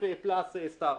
עם יותר מחמישה כוכבים.